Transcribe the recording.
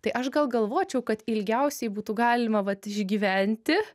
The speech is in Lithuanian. tai aš gal galvočiau kad ilgiausiai būtų galima vat išgyventi